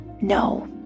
no